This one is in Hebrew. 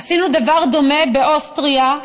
עשינו דבר דומה באוסטריה,